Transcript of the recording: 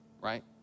right